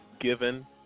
given